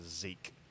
zeke